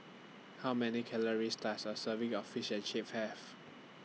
How Many Calories Does A Serving of Fish and Chips Have